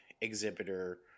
exhibitor